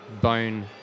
bone